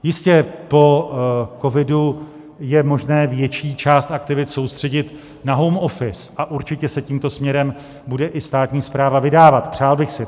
Jistě, po covidu je možné větší část aktivit soustředit na home office a určitě se tímto směrem bude i státní správa vydávat, přál bych si to.